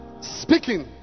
speaking